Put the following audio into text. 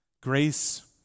grace